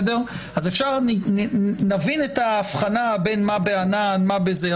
אז נבין את ההבחנה בין מה בענן ומה בזה,